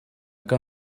que